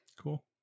Cool